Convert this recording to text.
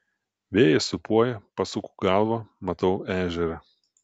vėjas sūpuoja pasuku galvą matau ežerą